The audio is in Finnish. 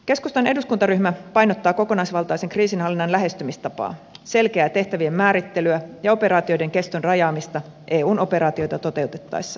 keskustan eduskuntaryhmä painottaa kokonaisvaltaisen kriisinhallinnan lähestymistapaa selkeää tehtävien määrittelyä ja operaatioiden keston rajaamista eun operaatioita toteutettaessa